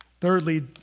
Thirdly